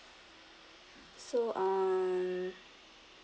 so um